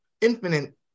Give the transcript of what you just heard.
infinite